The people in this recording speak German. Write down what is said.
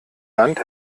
land